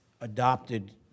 adopted